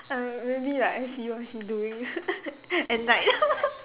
uh maybe like I see what is he doing at night